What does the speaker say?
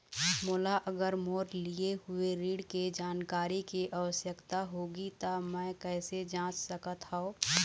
मोला अगर मोर लिए हुए ऋण के जानकारी के आवश्यकता होगी त मैं कैसे जांच सकत हव?